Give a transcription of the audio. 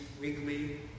weekly